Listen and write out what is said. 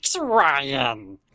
Ryan